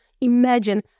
imagine